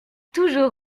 toujours